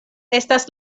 estas